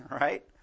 right